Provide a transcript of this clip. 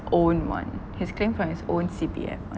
own one his claim from his own C_P_F [one]